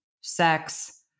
sex